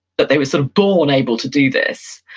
that they were sort of born able to do this.